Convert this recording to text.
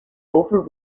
over